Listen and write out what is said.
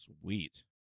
Sweet